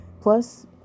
Plus